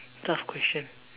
tough question